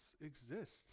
exist